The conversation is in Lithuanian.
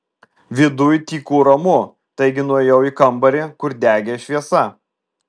viduj tyku ramu taigi nuėjau į kambarį kur degė šviesa